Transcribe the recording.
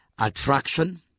attraction